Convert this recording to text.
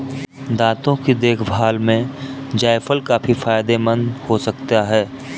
दांतों की देखभाल में जायफल काफी फायदेमंद हो सकता है